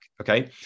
okay